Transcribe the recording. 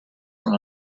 from